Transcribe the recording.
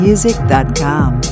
Music.com